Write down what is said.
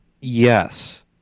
yes